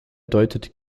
deutet